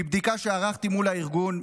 מבדיקה שערכתי מול הארגון,